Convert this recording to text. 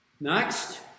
Next